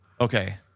Okay